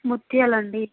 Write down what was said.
ముత్యాలండీ